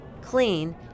clean